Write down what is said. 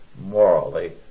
morally